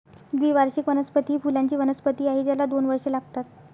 द्विवार्षिक वनस्पती ही फुलांची वनस्पती आहे ज्याला दोन वर्षे लागतात